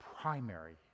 primary